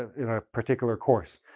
in a particular course.